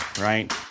right